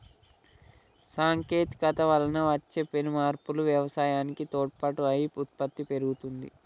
సాంకేతికత వలన వచ్చే పెను మార్పులు వ్యవసాయానికి తోడ్పాటు అయి ఉత్పత్తి పెరిగింది